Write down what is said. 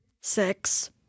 Six